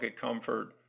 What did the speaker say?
comfort